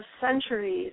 centuries